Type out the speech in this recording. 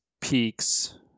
peaks